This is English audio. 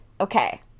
Okay